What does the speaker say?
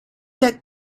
that